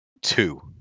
two